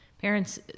parents